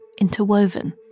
interwoven